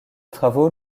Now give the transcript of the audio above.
travaux